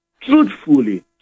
truthfully